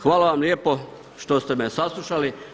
Hvala vam lijepo što ste me saslušali.